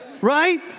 Right